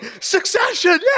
Succession